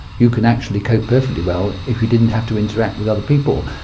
you can actually cope perfectly well if you didn't have to interact with other people,